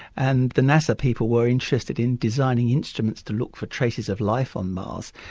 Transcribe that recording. and the nasa people were interested in designing instruments to look for traces of life on mars,